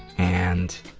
and